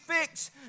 fix